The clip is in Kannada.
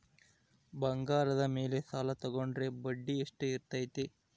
ಬಂಗಾರದ ಮೇಲೆ ಸಾಲ ತೋಗೊಂಡ್ರೆ ಬಡ್ಡಿ ಎಷ್ಟು ಇರ್ತೈತೆ?